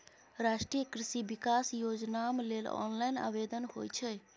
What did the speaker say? राष्ट्रीय कृषि विकास योजनाम लेल ऑनलाइन आवेदन होए छै